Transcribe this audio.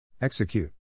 Execute